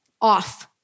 off